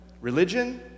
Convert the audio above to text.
religion